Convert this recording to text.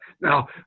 Now